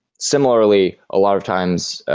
similarly, a lot of times,